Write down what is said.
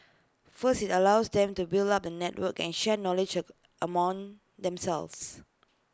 first IT allows them to build up the network and share knowledge among themselves